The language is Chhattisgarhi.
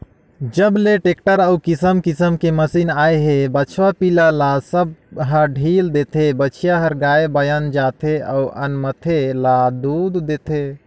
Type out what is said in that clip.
जब ले टेक्टर अउ किसम किसम के मसीन आए हे बछवा पिला ल सब ह ढ़ील देथे, बछिया हर गाय बयन जाथे अउ जनमथे ता दूद देथे